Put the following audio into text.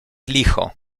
licho